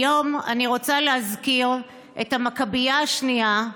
היום אני רוצה להזכיר את המכבייה השנייה,